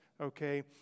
okay